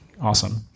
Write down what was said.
Awesome